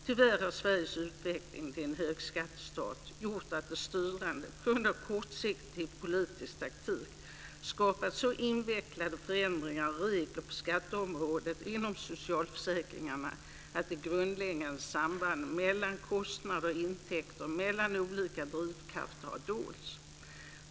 Tyvärr har Sveriges utveckling till en högskattestat gjort att de styrande på grund av kortsiktig politisk taktik skapat så invecklade förändringar och regler på skatteområdet inom socialförsäkringarna att det grundläggande sambandet mellan kostnader och intäkter och mellan olika drivkrafter har dolts.